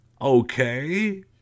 Okay